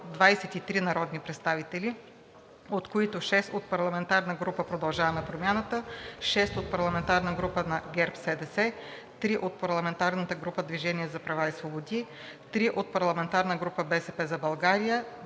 23 народни представители, от които: 6 от парламентарната група на „Продължаваме Промяната“, 6 от парламентарната група на ГЕРБ-СДС, 3 от парламентарната група на „Движение за права и свободи“, 3 от парламентарната група на „БСП за България“,